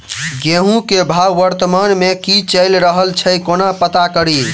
गेंहूँ केँ भाव वर्तमान मे की चैल रहल छै कोना पत्ता कड़ी?